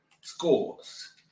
Scores